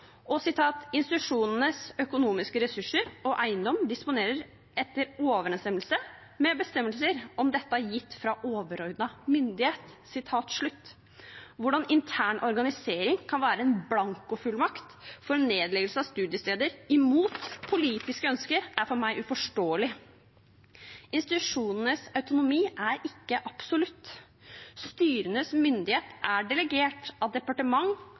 og at «institusjonens økonomiske ressurser og eiendom disponeres i overensstemmelse med bestemmelser om dette gitt av overordnet myndighet». Hvordan intern organisering kan være en blankofullmakt for nedleggelse av studiesteder imot politiske ønsker, er for meg uforståelig. Institusjonenes autonomi er ikke absolutt. Styrenes myndighet er delegert av